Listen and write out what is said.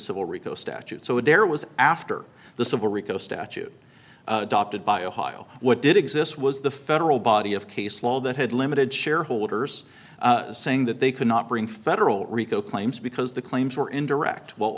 civil rico statute so there was after the civil rico statute adopted by ohio what did exist was the federal body of case law that had limited shareholders saying that they could not bring federal rico claims because the claims were indirect w